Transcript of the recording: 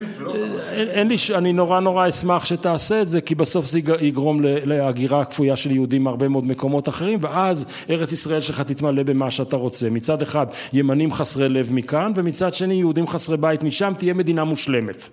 אני נורא נורא אשמח שתעשה את זה כי בסוף זה יגרום להגירה קפויה של יהודים בהרבה מאוד מקומות אחרים ואז ארץ ישראל שלך תתמלא במה שאתה רוצה מצד אחד ימנים חסרי לב מכאן ומצד שני יהודים חסרי בית משם תהיה מדינה מושלמת